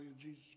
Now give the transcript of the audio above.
Jesus